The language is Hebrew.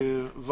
הקבלה,